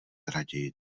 raději